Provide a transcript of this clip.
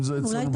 אם זה אצלנו ביד.